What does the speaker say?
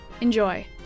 enjoy